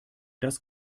das